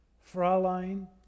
Fraulein